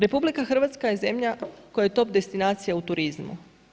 RH je zemlja koja je top destinacija u turizmu.